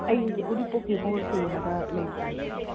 ꯑꯩꯁꯦ ꯎꯔꯤꯄꯣꯛꯀꯤ ꯍꯣꯝꯁ꯭ꯇꯦ ꯑꯃꯗ ꯂꯩꯕꯅꯦ ꯑꯩꯁꯦ